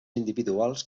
individuals